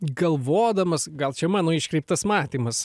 galvodamas gal čia mano iškreiptas matymas